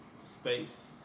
space